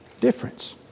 Difference